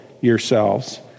yourselves